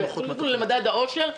למדד העושר,